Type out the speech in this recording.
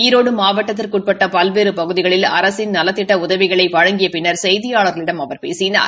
ஈரோடு மாவட்டத்திற்கு உட்பட்ட பல்வேறு பகுதிகளில் அரசின் நலத்திட்ட உதவிகளை வழங்கிய பின்னா செய்தியாளர்களிடம் அவர் பேசினார்